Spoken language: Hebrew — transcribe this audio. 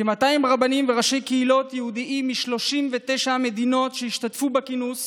כ-200 רבנים וראשי קהילות יהודים מ-39 מדינות שהשתתפו בכינוס